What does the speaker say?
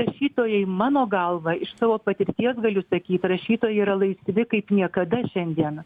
rašytojai mano galva iš savo patirties galiu sakyt rašytojai yra laisvi kaip niekada šiandien